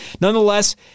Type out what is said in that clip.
nonetheless